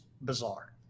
bizarre